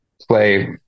play